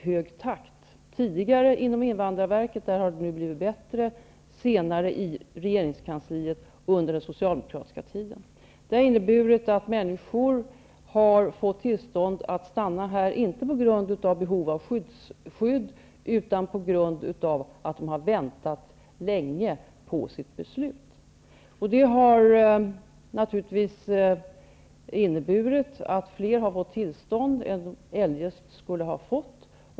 Så var fallet inom invandrarverket tidigare -- nu har det blivit bättre -- och senare inom regeringskansliet under den socialdemokratiska tiden. Det har naturligtvis inneburit att fler har fått tillstånd än eljest skulle ha fått.